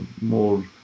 more